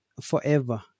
forever